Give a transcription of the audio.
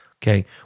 Okay